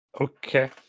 Okay